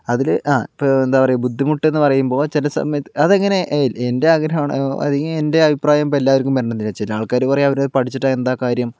അതിൽ ആ ഇപ്പോൾ എന്താ പറയുക ബുദ്ധിമുട്ടെന്ന് പറയുമ്പോൾ ചില സമയത്ത് അതെങ്ങനെ എൻ്റെ ആഗ്രഹമാണ് അല്ലെങ്കിൽ എൻ്റെ അഭിപ്രായം ഇപ്പോൾ എല്ലാവർക്കും വരണമെന്നില്ല ചില ആൾക്കാര് പറയും അവര് പഠിച്ചിട്ട് എന്താ കാര്യം